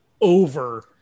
over